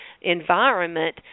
environment